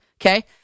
Okay